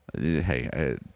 Hey